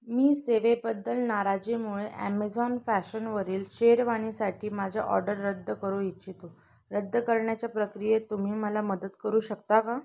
मी सेवेबद्दल नाराजीमुळे ॲमेझॉन फॅशनवरील शेरवानीसाठी माझी ऑर्डर रद्द करू इच्छितो रद्द करण्याच्या प्रक्रियेत तुम्ही मला मदत करू शकता का